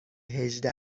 هجده